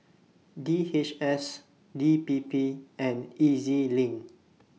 D H S D P P and E Z LINK